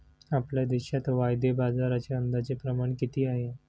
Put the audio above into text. आपल्या देशात वायदे बाजाराचे अंदाजे प्रमाण किती आहे?